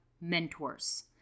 mentors